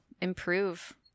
improve